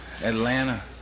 Atlanta